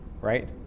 right